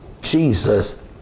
Jesus